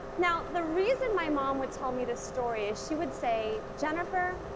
now the reason my mom would tell me this story is she would say jennifer,